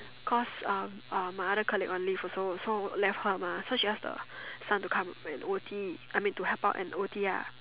cause uh uh my other colleague on leave also so left her mah so she ask the son to come and O_T I mean to help out and O_T ah